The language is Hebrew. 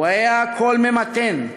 הוא היה קול ממתן,